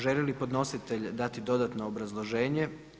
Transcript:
Želi li podnositelj dati dodatno obrazloženje?